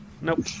Nope